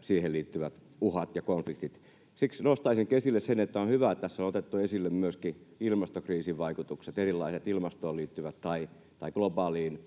siihen liittyvät uhat ja konfliktit. Siksi nostaisinkin esille sen, että on hyvä, että tässä on otettu esille myöskin ilmastokriisin vaikutukset, erilaiset ilmastoon liittyvät tai globaaleihin